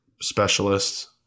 specialists